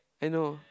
I know